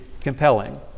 compelling